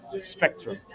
spectrum